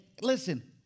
listen